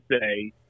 say